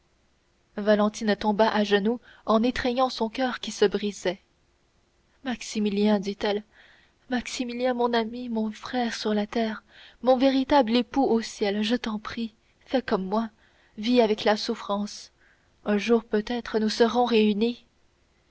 valentine tomba à genoux en étreignant son coeur qui se brisait maximilien dit-elle maximilien mon ami mon frère sur la terre mon véritable époux au ciel je t'en prie fais comme moi vis avec la souffrance un jour peut-être nous serons réunis